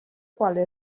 quale